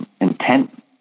intent-